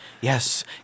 Yes